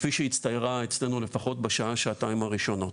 כפי שהצטיירה אצלנו לפחות בשעה-שעתיים הראשונות.